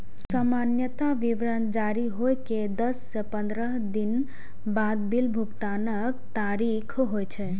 सामान्यतः विवरण जारी होइ के दस सं पंद्रह दिन बाद बिल भुगतानक तारीख होइ छै